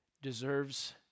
deserves